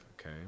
okay